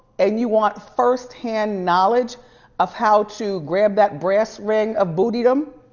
and you want first-hand knowledge of how to grab that brass ring of bootydom,